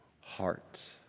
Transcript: heart